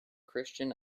christian